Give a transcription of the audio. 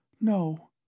No